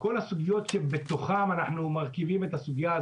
כל הסוגיות שמרכיבות בפנים את החוק,